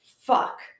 fuck